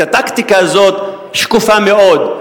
הטקטיקה הזאת שקופה מאוד,